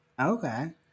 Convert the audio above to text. Okay